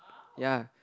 ya